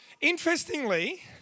interestingly